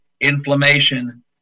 inflammation